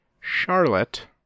Charlotte